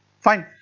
fine.